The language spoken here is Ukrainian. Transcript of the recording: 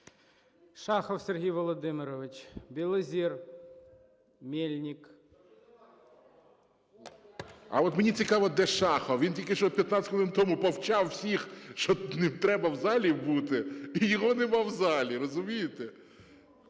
Шахов Сергій Володимирович. Білозір. Мельник. СТЕФАНЧУК Р.О. А от мені цікаво, де Шахов? Він тільки що 15 хвилин тому повчав всіх, що треба в залі бути, і його немає в залі, розумієте?